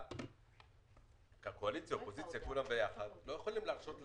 בעצם ציטוט של נתניהו באחד מן הגלגולים שלו.